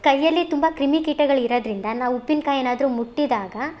ಕೈಯಲ್ಲಿ ತುಂಬ ಕ್ರಿಮಿಕೀಟಗಳು ಇರೋದ್ರಿಂದ ನಾವು ಉಪ್ಪಿನಕಾಯಿ ಏನಾದರೂ ಮುಟ್ಟಿದಾಗ